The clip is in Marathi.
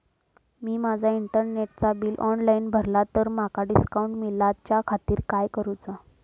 मी माजा इंटरनेटचा बिल ऑनलाइन भरला तर माका डिस्काउंट मिलाच्या खातीर काय करुचा?